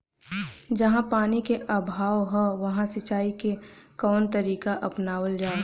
जहाँ पानी क अभाव ह वहां सिंचाई क कवन तरीका अपनावल जा?